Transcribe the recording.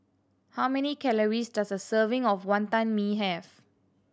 how many calories does a serving of Wonton Mee have